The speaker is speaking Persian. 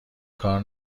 کار